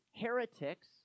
heretics